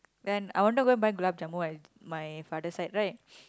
then I wanted to go and buy at my father side right